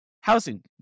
housing